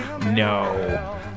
No